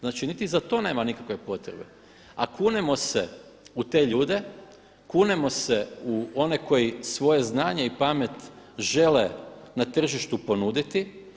Znači niti za to nema nikakve potrebe a kunemo se u te ljude, kunemo se u one koji svoje znanje i pamet žele na tržištu ponuditi.